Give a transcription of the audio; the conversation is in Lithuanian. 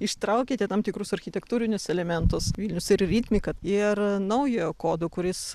ištraukiate tam tikrus architektūrinius elementus vilnius ir ritmika ir naujojo kodo kuris